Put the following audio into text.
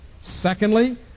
secondly